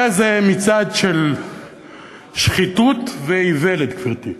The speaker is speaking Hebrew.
היה זה מצעד של שחיתות ואיוולת, גברתי,